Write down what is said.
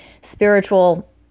spiritual